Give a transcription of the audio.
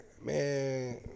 man